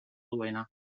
duena